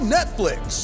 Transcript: Netflix